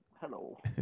Hello